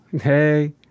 Hey